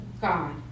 God